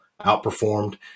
outperformed